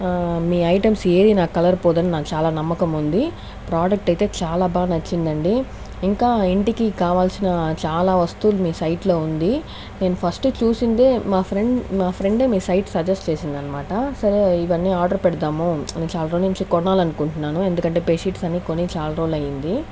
మీ items ఏది colour పోదని నాకు చాలా నమ్మకం ఉంది ప్రోడక్ట్ అయితే చాలా బాగా నచ్చిందండి ఇంకా ఇంటికి కావలసిన చాలా వస్తువుల మీ సైట్ లో ఉంది నేను ఫస్ట్ చూసిందే మా ఫ్రెండ్ మా ఫ్రెండ్ మీ సైట్ సజెస్ట్ చేసిందన్నమాట సరే ఇవన్నీ ఆర్డర్ పెడదాము చాలా రోజుల నుంచి కొనాలి అనుకుంటున్నాను ఎందుకంటే బెడ్ షీట్స్ అన్ని కొని చాలా రోజులైంది